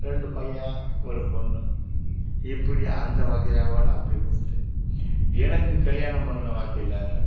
ரெண்டு பையன் ஒரு பொண்ணு இப்பிடி அந்த வகைறாவில் அப்படி போய்ட்டு எனக்கு கல்யாணம் பண்ண வகையில்